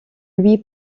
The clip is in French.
lui